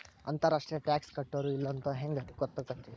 ಅಂತರ್ ರಾಷ್ಟ್ರೇಯ ಟಾಕ್ಸ್ ಕಟ್ಟ್ಯಾರೋ ಇಲ್ಲೊಂತ್ ಹೆಂಗ್ ಹೊತ್ತಾಕ್ಕೇತಿ?